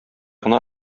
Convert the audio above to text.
гына